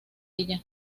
ella